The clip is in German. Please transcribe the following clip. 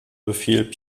befehl